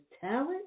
talent